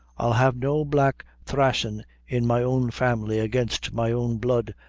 i'll have no black thraisin in my own family against my own blood,